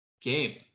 game